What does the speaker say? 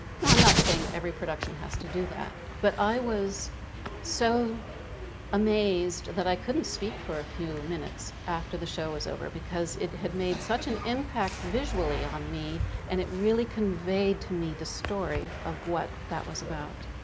now i'm not saying every production has to do that but i was so amazed that i couldn't speak for a few minutes after the show was over because it had made such an impact visually on me and it really conveyed to me the story of what that was about.